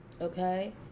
Okay